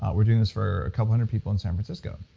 um we're doing this for a couple hundred people in san francisco,